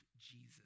Jesus